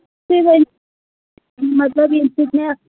تُہۍ ؤنِو مطلب ییٚلہِ تہِ کیٚنٛہہ